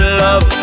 love